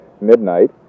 midnight